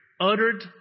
uttered